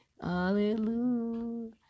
Hallelujah